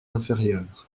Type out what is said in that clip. inférieurs